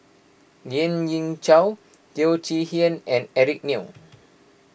Lien Ying Chow Teo Chee Hean and Eric Neo